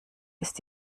ist